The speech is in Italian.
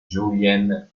julien